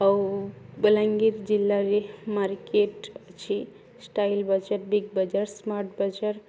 ଆଉ ବଲାଙ୍ଗୀର ଜିଲ୍ଲାରେ ମାର୍କେଟ୍ ଅଛି Style Bazaar Big Bazaar Smart ବଜାର